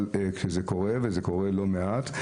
זה קורה לא מעט,